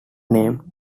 name